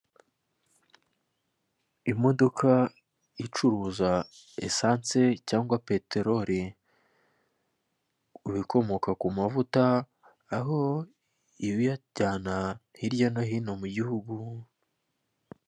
Imodoka icuruza esanse cyangwa peteroli, ibikomoka ku mavuta aho iba iyajyana hirya no hino mu gihugu.